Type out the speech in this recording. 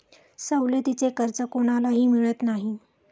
सवलतीचे कर्ज कोणालाही मिळत नाही